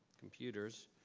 computers.